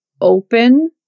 open